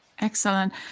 Excellent